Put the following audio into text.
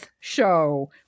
show